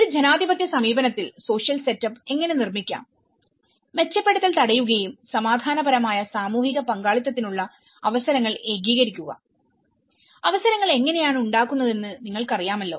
ഒരു ജനാധിപത്യ സമീപനത്തിൽ സോഷ്യൽ സെറ്റപ്പ് എങ്ങനെ നിർമ്മിക്കാം മെച്ചപ്പെടുത്തൽ തടയുകയും സമാധാനപരമായ സാമൂഹിക പങ്കാളിത്തത്തിനുള്ള അവസരങ്ങൾ ഏകീകരിക്കുക അവസരങ്ങൾ എങ്ങനെയാണ് ഉണ്ടാക്കുന്നതെന്ന് നിങ്ങൾക്കറിയാമല്ലോ